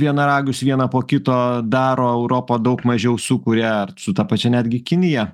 vienaragius vieną po kito daro europa daug mažiau sukuria ar su ta pačia netgi kinija